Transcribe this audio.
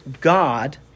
God